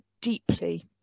deeply